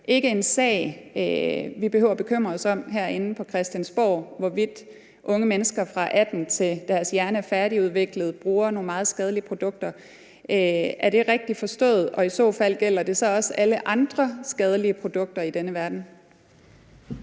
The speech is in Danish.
ikke er en sag, vi behøver at bekymre os om herinde på Christiansborg, hvorvidt unge mennesker, fra de er 18 år, til deres hjerne er færdigudviklet, bruger nogle meget skadelige produkter. Er det rigtigt forstået? Og gælder det i så fald også alle andre skadelige produkter i denne verden?